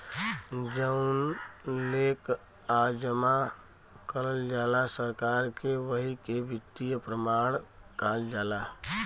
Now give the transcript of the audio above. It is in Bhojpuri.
जउन लेकःआ जमा करल जाला सरकार के वही के वित्तीय प्रमाण काल जाला